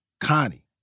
Connie